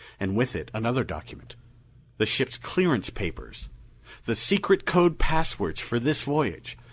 and with it, another document the ship's clearance papers the secret code passwords for this voyage,